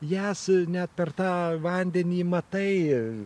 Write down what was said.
jas net per tą vandenį matai